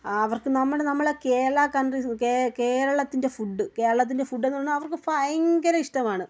അവർക്ക് നമ്മുടെ നമ്മളെ കേരള കൺട്രീസ് കേ കേരളത്തിന്റെ ഫുഡ് കേരളത്തിന്റെ ഫുഡെന്ന് പറഞ്ഞാൽ അവർക്ക് ഭയങ്കര ഇഷ്ടമാണ്